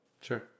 Sure